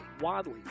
Wadley